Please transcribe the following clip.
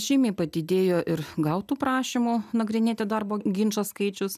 žymiai padidėjo ir gautų prašymų nagrinėti darbo ginčą skaičius